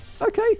okay